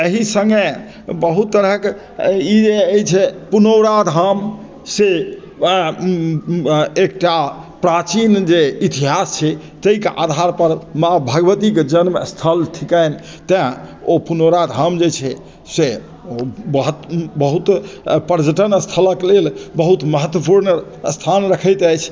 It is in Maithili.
अही सङ्गे बहुत तरहके ई अछि पुनौरा धामसँ एकटा प्राचीन जे इतिहास छै तैके आधारपर माँ भगवतीके जन्म स्थल थिकनि तैं ओ पुनौरा धाम जे छै से ओ बहुत बहुत पर्यटन स्थलक लेल बहुत महत्त्वपूर्ण स्थान रखैत अछि